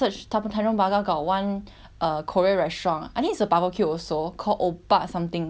err korean restaurant I think it's a barbecue also called oppa something is very very famous but